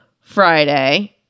Friday